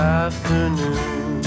afternoon